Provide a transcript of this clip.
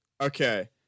Okay